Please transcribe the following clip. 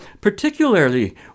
particularly